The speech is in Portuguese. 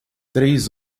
três